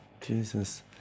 Jesus